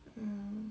um